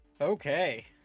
Okay